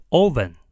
oven